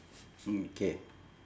mm K